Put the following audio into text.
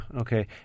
Okay